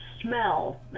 smell